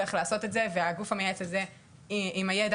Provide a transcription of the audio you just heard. הולך לעשות את זה והגוף המייעץ הזה עם הידע